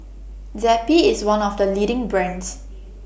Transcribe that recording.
Zappy IS one of The leading brands